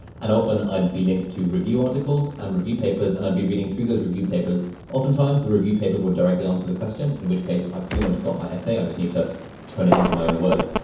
and often i'd be linked to review articles and review papers, and i'd be reading through those review papers oftentimes, the review paper would directly answer the question, in which case i've pretty much got my essay. i just need to turn it into my own words,